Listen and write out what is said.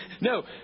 No